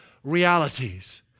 realities